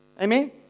Amen